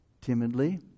timidly